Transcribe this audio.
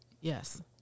yes